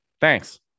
Thanks